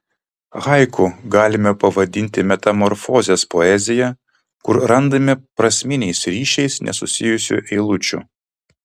haiku galime pavadinti metamorfozės poeziją kur randame prasminiais ryšiais nesusijusių eilučių